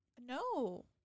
no